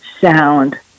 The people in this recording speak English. sound